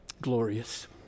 glorious